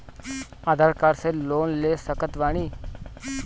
आधार card से loan ले सकत बणी?